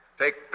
take